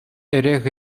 эрех